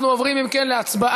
אנחנו עוברים, אם כן, להצבעה